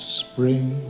spring